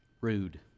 rude